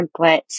templates